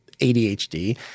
ADHD